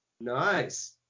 Nice